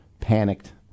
panicked